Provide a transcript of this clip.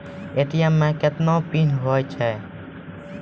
ATM मे कितने PIN होता हैं?